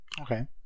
Okay